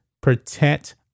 protect